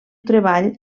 treball